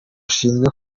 ashinzwe